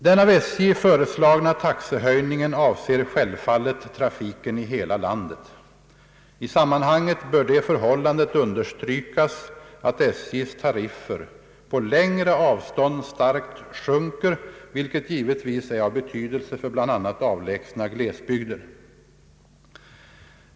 Den av SJ föreslagna taxehöjningen avser självfallet trafiken i hela landet. I sammanhanget bör det förhållandet understrykas att SJ:s tariffer på längre avstånd starkt sjunker, vilket givetvis är av betydelse för bl.a. avlägsna glesbygder.